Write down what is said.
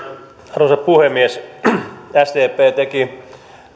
arvoisa puhemies sdp teki